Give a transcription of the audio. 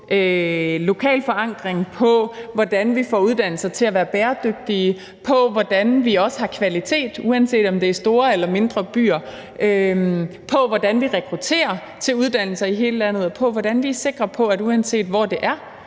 lokal forankring, på, hvordan vi får uddannelser til at være bæredygtige, på, hvordan vi også har kvalitet, uanset om det er store eller mindre byer, på, hvordan vi rekrutterer til uddannelser i hele landet, og på, hvordan vi sikrer, at uanset hvor det er,